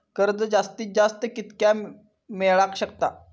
कर्ज जास्तीत जास्त कितक्या मेळाक शकता?